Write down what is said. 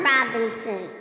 Robinson